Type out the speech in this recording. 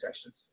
sessions